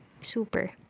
super